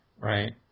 Right